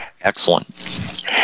Excellent